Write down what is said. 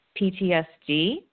PTSD